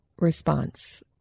response